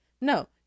no